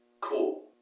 cool